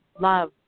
love